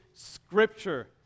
Scripture